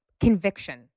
conviction